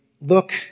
look